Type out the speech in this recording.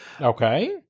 okay